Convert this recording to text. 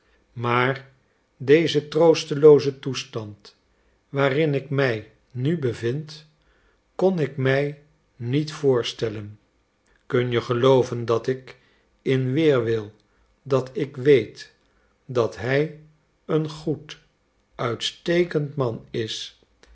maar deze troostelooze toestand waarin ik mij nu bevind kon ik mij niet voorstellen kun je gelooven dat ik in weerwil dat ik weet dat hij een goed uitstekend man is